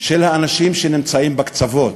של האנשים שנמצאים בקצוות?